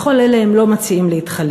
בכל אלה הם לא מציעים להתחלק,